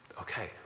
Okay